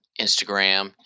Instagram